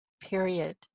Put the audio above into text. period